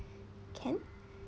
can